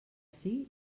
ací